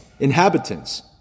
inhabitants